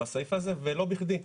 בסעיף הזה ולא בכדי.